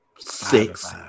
six